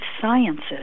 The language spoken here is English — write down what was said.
sciences